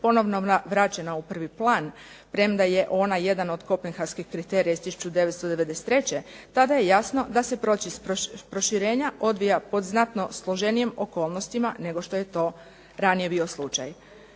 ponovno vraćena u prvi plan premda je ona jedan od kopenghaških kriterija iz 1993. tada je jasno da se proces proširenja odvija pod znatno složenijim okolnostima nego što je to ranije bio slučaj.